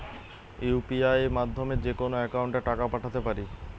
UPI মাধ্যমে যেকোনো একাউন্টে টাকা পাঠাতে পারি?